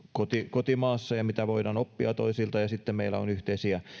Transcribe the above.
kotimaassa ja mitä voidaan oppia toisilta ja sitten meillä on yhteisiä